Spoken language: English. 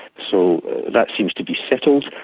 so that seems to be settled.